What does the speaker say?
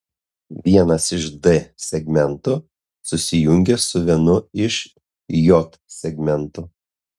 vienas iš d segmentų susijungia su vienu iš j segmentų